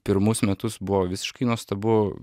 pirmus metus buvo visiškai nuostabu